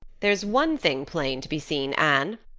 there's one thing plain to be seen, anne,